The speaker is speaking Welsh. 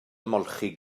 ymolchi